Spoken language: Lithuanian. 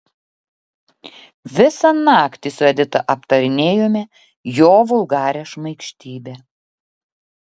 visą naktį su edita aptarinėjome jo vulgarią šmaikštybę